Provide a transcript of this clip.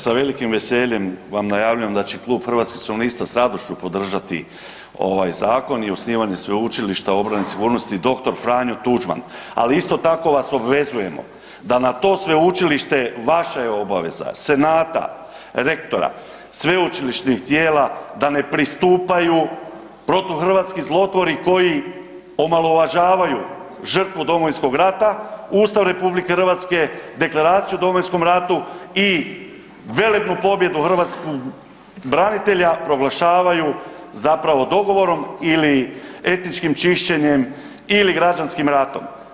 Sa velikim veseljem najavljujem da će klub Hrvatskih suverenista s radošću podržati ovaj zakon i osnivanje Sveučilišta obrane i sigurnosti dr. Franjo Tuđman, ali isto tako vas obvezujemo da na to sveučilište vaša je obaveza, Senat, rektora, sveučilišnih tijela da ne pristupaju protuhrvatski zlotvori koji omalovažavaju žrtvu Domovinskog rata, Ustav RH, Deklaraciju o Domovinskom ratu i velebnu pobjedu hrvatskih branitelja proglašavaju zapravo dogovorom ili etničkim čišćenjem ili građanskim ratom.